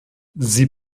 sie